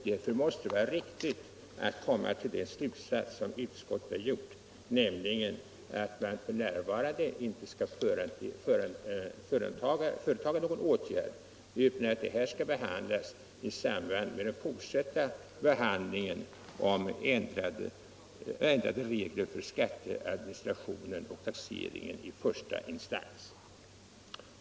Därför måste det vara riktigt med den slutsatsen som utskottet har kommit till, nämligen att man f.n. inte skall vidta någon åtgärd utan att denna fråga skall tas upp Nr 94 i samband med den fortsatta behandlingen av ändrade regler för skat Onsdagen den teadministrationen och taxeringen i första instans.